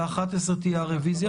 בשעה 11:00 תהיה הרביזיה.